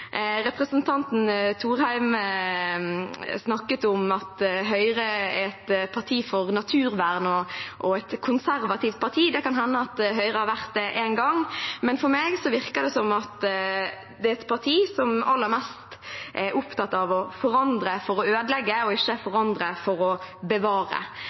Representanten Thorheim snakket om at Høyre er et parti for naturvern og et konservativt parti. Det kan hende at Høyre har vært det en gang, men for meg virker det som at det er et parti som aller mest er opptatt av å forandre for å ødelegge, ikke forandre for å bevare.